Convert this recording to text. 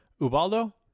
Ubaldo